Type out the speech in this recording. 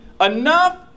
enough